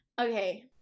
okay